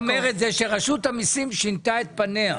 מה שאת אומרת הוא שרשות המיסים שינתה את פנייה.